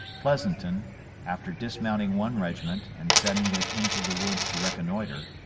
pleasonton, after dismounting one regiment and sending it into the woods to reconnoitre,